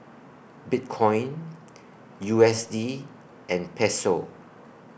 Bitcoin U S D and Peso